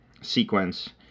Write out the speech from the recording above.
sequence